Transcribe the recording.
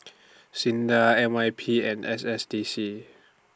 SINDA N Y P and S S D C